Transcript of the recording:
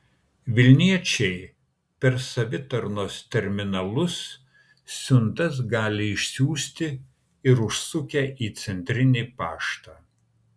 vilniečiai per savitarnos terminalus siuntas gali išsiųsti ir užsukę į centrinį paštą